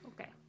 Okay